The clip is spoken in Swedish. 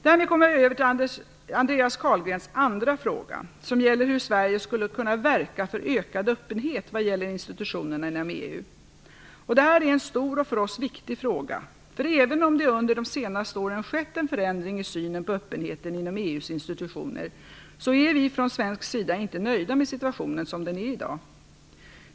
Därmed kommer jag över på Andreas Carlgrens andra fråga, som gäller hur Sverige skall kunna verka för ökad öppenhet vad gäller institutionerna inom EU. Detta är en stor och för oss viktig fråga, för även om det under de senaste åren skett en förändring i synen på öppenheten inom EU:s institutioner så är vi från svensk sida inte nöjda med situationen som den är i dag.